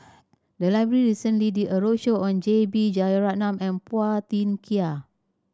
the library recently did a roadshow on J B Jeyaretnam and Phua Thin Kiay